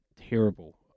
terrible